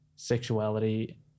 Sexuality